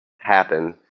happen